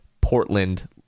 Portland